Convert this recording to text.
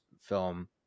film